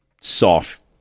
soft